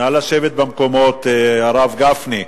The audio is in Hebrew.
נא לשבת במקומות, הרב גפני.